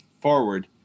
forward